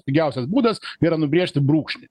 pigiausias būdas yra nubrėžti brūkšnį